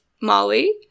Molly